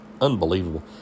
Unbelievable